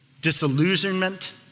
Disillusionment